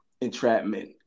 entrapment